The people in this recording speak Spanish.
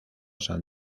san